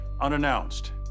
unannounced